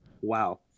Wow